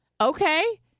Okay